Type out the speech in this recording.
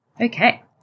Okay